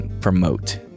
promote